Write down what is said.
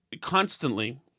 constantly